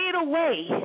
away